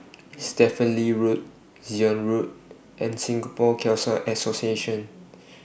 Stephen Lee Road Zion Road and Singapore Khalsa Association